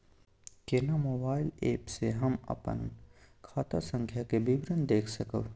केना mobile app से हम अपन खाता संख्या के विवरण देख सकब?